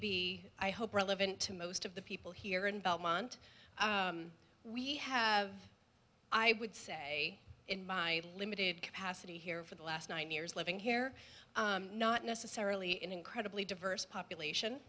maybe i hope relevant to most of the people here in belmont we have i would say in my limited capacity here for the last nine years living here not necessarily in incredibly diverse population